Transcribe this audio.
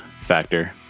factor